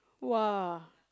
!wah!